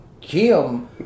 Kim